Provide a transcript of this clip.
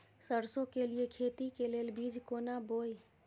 सरसों के लिए खेती के लेल बीज केना बोई?